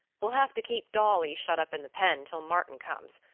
we'll have to keep dolly shut up in the pen till martin comes,